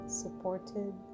supported